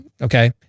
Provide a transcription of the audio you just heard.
okay